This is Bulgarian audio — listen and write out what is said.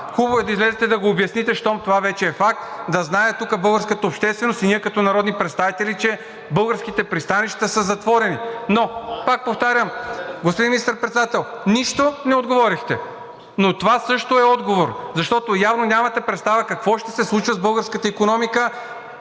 Хубаво е да излезете и да го обясните, след като това вече е факт, да знае тука българската общественост и ние като народни представители, че българските пристанища са затворени. (Реплики.) Но пак повтарям, господин Министър-председател, нищо не отговорихте, но това също е отговор, защото явно нямате представа какво ще се случва с българската икономика,